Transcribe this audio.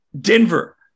Denver